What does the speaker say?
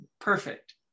Perfect